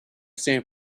san